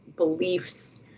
beliefs